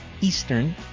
Eastern